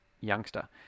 youngster